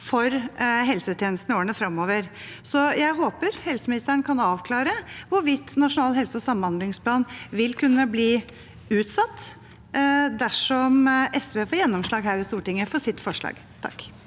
for helsetjenestene i årene fremover. Jeg håper helseministeren kan avklare hvorvidt Nasjonal helse- og samhandlingsplan vil kunne bli utsatt dersom SV får gjennomslag for sitt forslag her